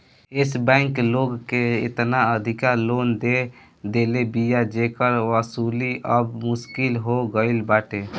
एश Bank लोग के एतना अधिका लोन दे देले बिया जेकर वसूली अब मुश्किल हो गईल बाटे